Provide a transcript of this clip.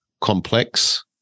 complex